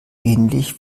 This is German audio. ähnlich